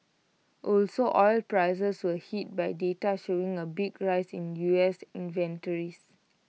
also oil prices were hit by data showing A big rise in U S inventories